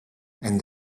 and